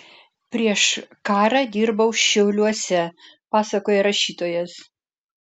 prieš karą dirbau šiauliuose pasakoja rašytojas